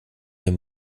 den